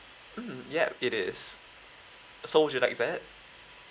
mm yup it is so would you like that